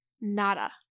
Nada